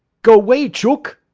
go way, chook!